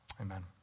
Amen